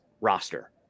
roster